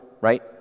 right